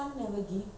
ah